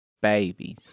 babies